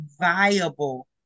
viable